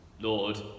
Lord